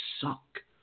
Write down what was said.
suck